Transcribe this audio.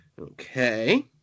Okay